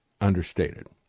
understated